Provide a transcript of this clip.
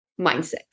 mindset